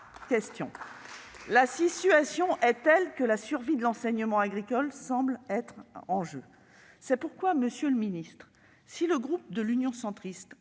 ? La situation est telle que la survie de l'enseignement agricole est, semble-t-il, en jeu. C'est pourquoi, monsieur le ministre, si le groupe Union Centriste